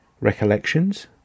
recollections